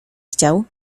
chciał